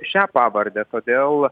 šią pavardę todėl